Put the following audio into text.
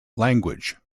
language